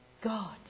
God